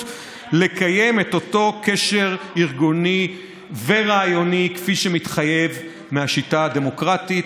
לקיים את אותו קשר ארגוני ורעיוני כפי שמתחייב מהחוק ומהשיטה הדמוקרטית,